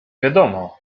wiadomo